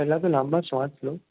પહેલાં તો લાંબા શ્વાસ લો